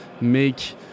make